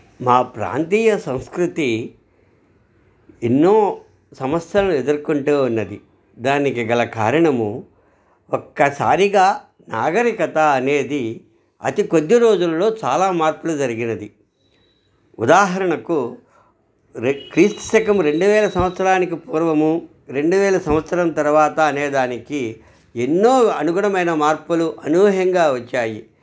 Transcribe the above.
మా ప్రాంతీయ సంస్కృతి ఎన్నో సమస్యలను ఎదుర్కొంటూ ఉన్నది దానికి గల కారణము ఒక్కసారిగా నాగరికత అనేది అతి కొద్ది రోజుల్లో చాలా మార్పులు జరిగినది ఉదాహరణకు క్రీస్తుశకం రెండు వేల సంవత్సరానికి పూర్వము రెండు వేల సంవత్సరం తర్వాత అనేదానికి ఎన్నో అనుగుణమైన మార్పులు అనూహ్యంగా వచ్చాయి